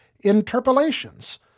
interpolations